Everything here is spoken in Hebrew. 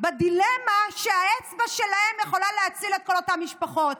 בדילמה שהצבעה שלהם יכולה להציל את כל אותן משפחות.